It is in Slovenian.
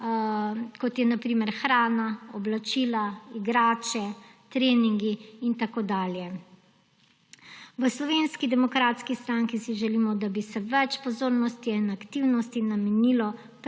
kot je na primer hrana, oblačila, igrače, treningi in tako dalje. V Slovenski demokratski stranki si želimo, da bi se več pozornosti in aktivnosti namenilo preventivi,